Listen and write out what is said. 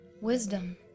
wisdom